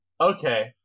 Okay